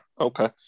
Okay